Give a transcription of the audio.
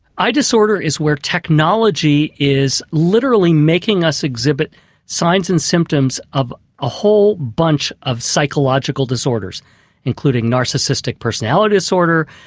i-disorder is where technology is literally making us exhibit signs and symptoms of a whole bunch of psychological disorders including narcissistic personality disorder,